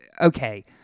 Okay